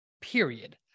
period